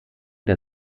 der